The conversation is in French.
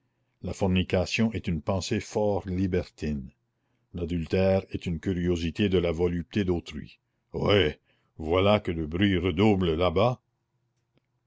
la fornication est une pensée fort libertine l'adultère est une curiosité de la volupté d'autrui ohé voilà que le bruit redouble là-bas